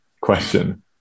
question